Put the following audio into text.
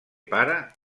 pare